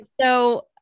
so-